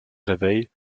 réveillent